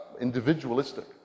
individualistic